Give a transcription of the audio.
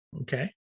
Okay